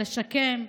לשקם,